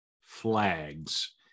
flags